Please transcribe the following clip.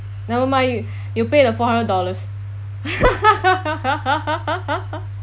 never mind you pay the four hundred dollars